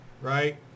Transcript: right